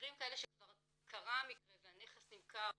במקרים כאלה שכבר קרה המקרה והנכס נמכר פעמיים,